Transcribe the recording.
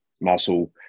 muscle